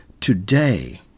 today